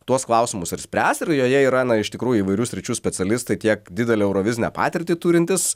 tuos klausimus ir spręs ir joje yra iš tikrųjų įvairių sričių specialistai tiek didelę eurovizinę patirtį turintys